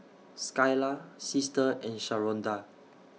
Skylar Sister and Sharonda